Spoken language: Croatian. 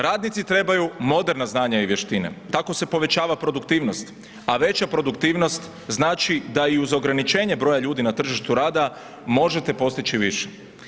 Radnici trebaju moderna znanja i vještine, tako se povećava produktivnost, a veća produktivnost, znači da ju i uz ograničenje broja ljudi na tržištu rada možete postići više.